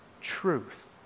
truth